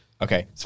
Okay